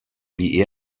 wie